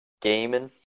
gaming